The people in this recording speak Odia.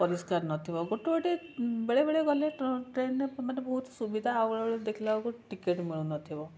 ପରିଷ୍କାର ନଥିବ ଗୋଟେଗୋଟେ ବେଳେବେଳେ ଗଲେ ଟ୍ରେନରେ ମାନେ ବହୁତ ସୁବିଧା ଆଉ ବେଳେବେଳେ ଦେଖିଲା ବେଳକୁ ଟିକେଟ୍ ମିଳୁନଥିବ